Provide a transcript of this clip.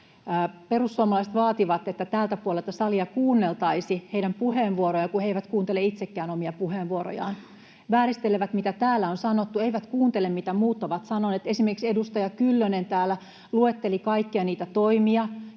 Perussuomalaiset vaativat, että tältä puolelta salia kuunneltaisiin heidän puheenvuorojaan, kun he eivät kuuntele itsekään omia puheenvuorojaan, vääristelevät, mitä täällä on sanottu, eivät kuuntele, mitä muut ovat sanoneet. Esimerkiksi edustaja Kyllönen täällä luetteli kaikkia niitä toimia,